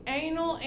anal